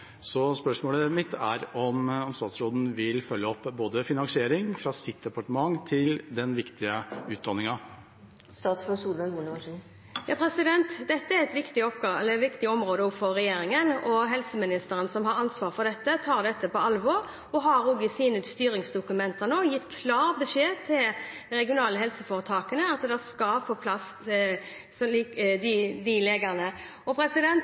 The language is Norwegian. så raskt som mulig etter overgrep. Spørsmålet mitt er om statsråden vil følge opp både finansiering fra sitt departement og den viktige utdanningen. Dette er et viktig område også for regjeringen. Helseministeren, som har ansvar for dette, tar dette på alvor, og han har i sine styringsdokumenter gitt klar beskjed til de regionale helseforetakene om at de legene skal på plass. Det